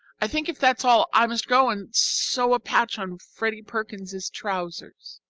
i think, if that's all, i must go and sew a patch on freddie perkins's trousers